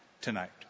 tonight